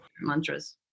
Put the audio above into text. mantras